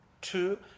Two